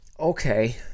Okay